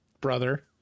brother